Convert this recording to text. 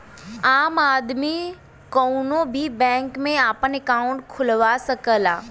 आम आदमी कउनो भी बैंक में आपन अंकाउट खुलवा सकला